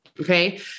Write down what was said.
Okay